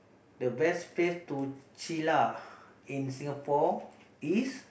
the best place to chill lah in Singapore is